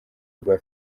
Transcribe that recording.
rwa